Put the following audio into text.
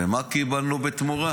מה קיבלנו בתמורה?